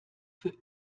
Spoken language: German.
für